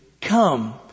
come